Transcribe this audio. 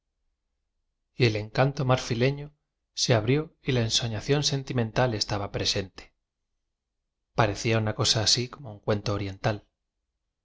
el encanto marfileño se abrió y la enso ñación sentimental estaba presente parecía una cosa así como un cuento oriental